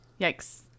Yikes